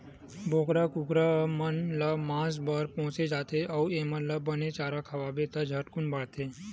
बोकरा, कुकरा मन ल मांस बर पोसे जाथे अउ एमन ल बने चारा खवाबे त झटकुन बाड़थे